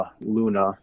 Luna